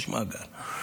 יש מאגר.